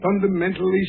fundamentally